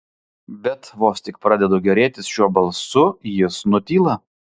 bet vos tik pradedu gėrėtis šiuo balsu jis nutyla